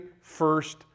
first